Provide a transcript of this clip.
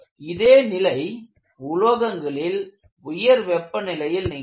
இதே நிலை உலோகங்களில் உயர் வெப்பநிலையில் நிகழும்